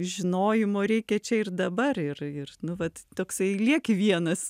žinojimo reikia čia ir dabar ir ir nu vat toksai lieki vienas